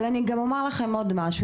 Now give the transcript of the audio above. אבל אני גם אומר לכם עוד משהו,